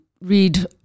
read